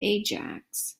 ajax